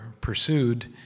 pursued